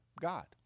God